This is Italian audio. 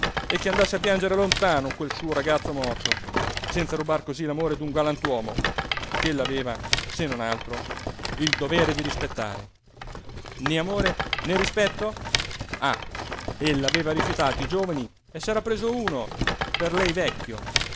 e che andasse a piangere lontano quel suo ragazzo morto senza rubar cosí l'amore d'un galantuomo ch'ella aveva se non altro il dovere di rispettare né amore né rispetto ah ella aveva rifiutato i giovani e s'era preso uno per lei vecchio